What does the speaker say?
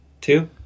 Two